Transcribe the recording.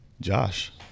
Josh